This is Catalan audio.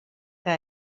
que